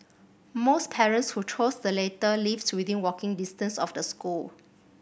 most parents who chose the latter lived within walking distance of the school